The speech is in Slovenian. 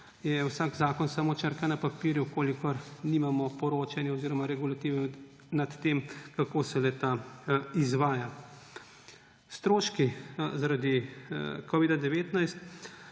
je vsak zakon samo črka na papirju, če nimamo poročanja oziroma regulative nad tem, kako se le-ta izvaja. Stroški zaradi covida-19